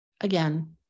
again